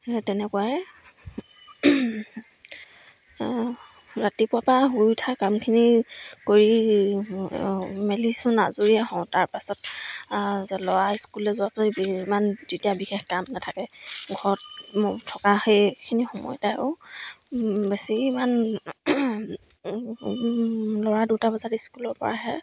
সেয়ে তেনেকুৱাই ৰাতিপুৱা পাৰা শুই উঠা কামখিনি কৰি মেলিচোন আজৰিয়ে হওঁ তাৰপাছত ল'ৰা স্কুললৈ যোৱাৰ পিছত ইমান তেতিয়া বিশেষ কাম নাথাকে ঘৰত থকা সেইখিনি সময়তে আৰু বেছি ইমান ল'ৰা দুটা বজাত স্কুলৰ পৰা আহে